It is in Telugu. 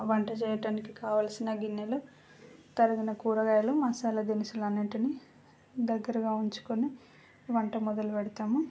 వంట చేయటానికి కావలసిన గిన్నెలు తరిగిన కూరగాయలు మసాలా దినుసులన్నిటిని దగ్గరగా ఉంచుకొని వంట మొదలుపెడతాము